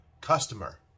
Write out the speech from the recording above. customer